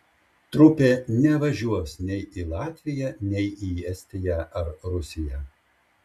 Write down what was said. trupė nevažiuos nei į latviją nei į estiją ar rusiją